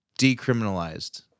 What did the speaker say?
decriminalized